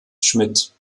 schmidt